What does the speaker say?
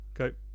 Okay